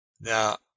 Now